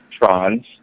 Trons